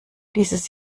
dieses